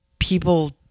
People